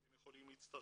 אתם יכולים להצטרף,